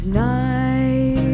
night